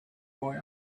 boy